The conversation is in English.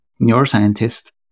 neuroscientist